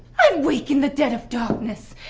i'd wake in the dead of darkness,